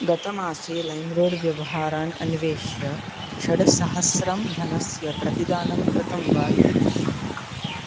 गतमासे लैम्रोड् व्यवहारान् अन्वेष्य षट्सहस्रं धनस्य प्रतिदानं कृतं वा इति पश्य